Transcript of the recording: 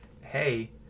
hey